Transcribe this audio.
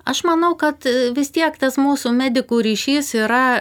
aš manau kad vis tiek tas mūsų medikų ryšys yra